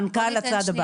מנכ"ל "הצעד הבא".